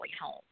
home